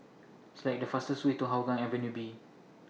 Select The fastest Way to Hougang Avenue B